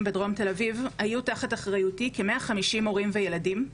בדרום תל אביב היו תחת אחריותי כ-150 הורים וילדים,